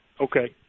Okay